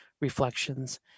reflections